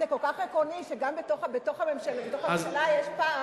כל כך עקרוני, שגם בתוך הממשלה יש פער.